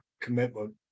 commitment